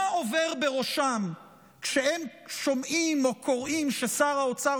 מה עובר בראשם כשהם שומעים או קוראים ששר האוצר